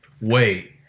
Wait